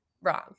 wrong